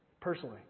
Personally